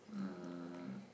um